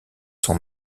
son